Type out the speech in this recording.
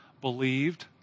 believed